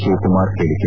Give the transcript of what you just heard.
ಶಿವಕುಮಾರ್ ಹೇಳಿಕೆ